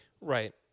Right